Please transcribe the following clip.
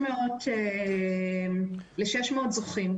ל-600 זוכים.